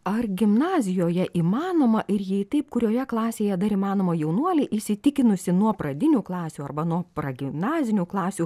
ar gimnazijoje įmanoma ir jei taip kurioje klasėje dar įmanoma jaunuolį įsitikinusį nuo pradinių klasių arba nuo pragimnazinių klasių